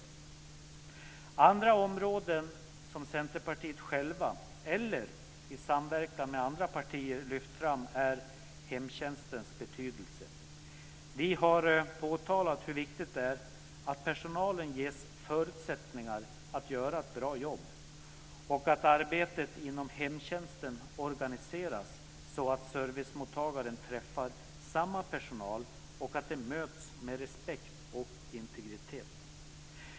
Ett annat område som Centerpartiet självt, eller i samverkan med andra partier, har lyft fram är hemtjänstens betydelse. Vi har påtalat hur viktigt det är att personalen ges förutsättningar att göra ett bra jobb och att arbetet inom hemtjänsten organiseras så att servicemottagarna träffar samma personal och att de möts med respekt och integritet.